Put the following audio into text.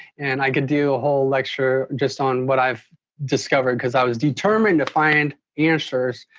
and i could do a whole lecture just on what i've discovered because i was determined to find answers!